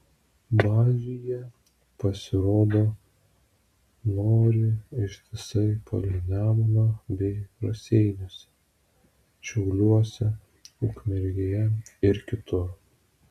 bazių jie pasirodo nori ištisai palei nemuną bei raseiniuose šiauliuose ukmergėje ir kitur